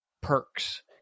perks